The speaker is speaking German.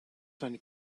seine